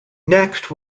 next